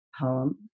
poem